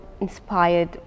inspired